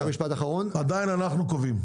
עדיין אנחנו קובעים.